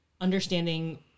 understanding